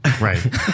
Right